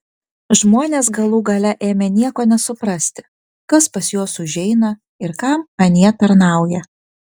žmonės galų gale ėmė nieko nesuprasti kas pas juos užeina ir kam anie tarnauja